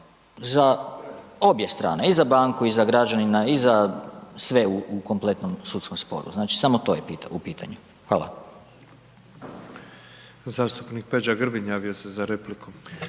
za obje strane, i za banku i za građanina i za sve u kompletnom sudskom sporu. Znači samo to je u pitanju, hvala. **Petrov, Božo (MOST)** Zastupnik Peđa Grbin javio se za repliku.